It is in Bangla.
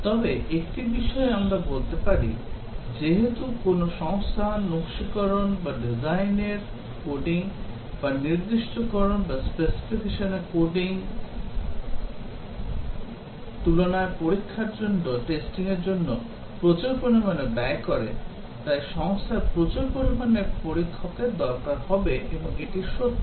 তবে একটি বিষয় আমরা বলতে পারি যেহেতু কোনও সংস্থা নকশিকরণ বা কোডিং বা নির্দিষ্টকরণের তুলনায় পরীক্ষার জন্য প্রচুর পরিমাণে ব্যয় করে তাই সংস্থার প্রচুর সংখ্যক পরীক্ষকের দরকার হবে এবং এটি সত্য